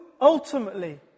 ultimately